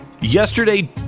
Yesterday